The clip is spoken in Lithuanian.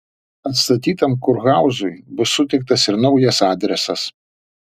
atstatytam kurhauzui bus suteiktas ir naujas adresas